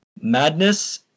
Madness